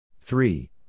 three